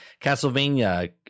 Castlevania